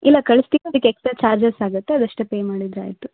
ಇಲ್ಲ ಕಳ್ಸ್ಲಿಕ್ ಅದಕ್ ಎಕ್ಸ್ಟ್ರಾ ಚಾರ್ಜಸ್ ಆಗುತ್ತೆ ಅದಷ್ಟು ಪೇ ಮಾಡಿದರೆ ಆಯಿತು